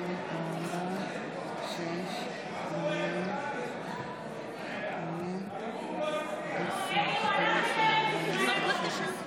בעד, 58, נגד, 60. לפיכך ההצעה לא התקבלה.